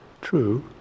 true